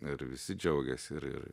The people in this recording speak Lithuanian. ir visi džiaugias ir ir